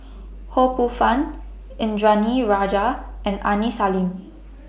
Ho Poh Fun Indranee Rajah and Aini Salim